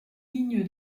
ligne